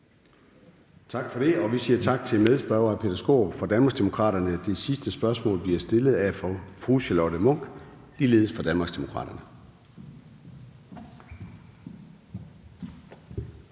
Tak for det. Vi siger tak til medspørgeren, hr. Peter Skaarup fra Danmarksdemokraterne. Det sidste spørgsmål bliver stillet af fru Charlotte Munch, som ligeledes er fra Danmarksdemokraterne.